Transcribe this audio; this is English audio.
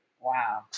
Wow